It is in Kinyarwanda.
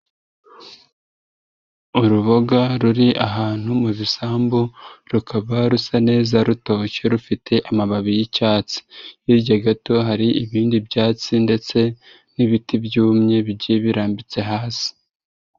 Uruboga ruri ahantu mu bisambu rukaba rusa neza rutoshye rufite amababi y'icyatsi, hirya gato hari ibindi byatsi ndetse n'ibiti byumye bigiye birambitse hasi.